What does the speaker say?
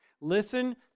listen